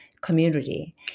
community